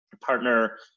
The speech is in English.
partner